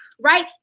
right